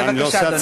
בבקשה, אדוני.